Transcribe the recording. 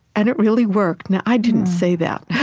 and it really worked. now, i didn't say that.